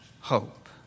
hope